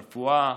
ברפואה,